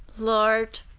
lord,